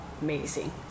amazing